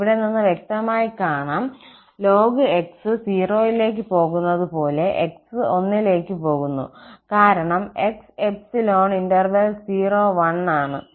ഇവിടെ നിന്ന് വ്യക്തമായി കാണാം lnx 0 ലേക്ക് പോകുന്നത് പോലെ 𝑥 1 ലേക്ക് പോകുന്നു കാരണം 𝑥∈01 ആണ്